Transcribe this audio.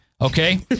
okay